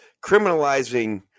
Criminalizing